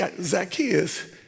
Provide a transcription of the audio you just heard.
Zacchaeus